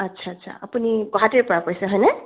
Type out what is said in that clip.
আচ্ছা আচ্ছা আপুনি গুৱাহাটীৰ পৰা কৈছে হয়নে